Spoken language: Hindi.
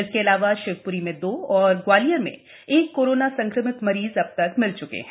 इसके अलावा शिवप्री में दो तथा ग्वालियर में एक कोरोना संक्रमित मरीज अब तक मिल च्के हैं